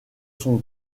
son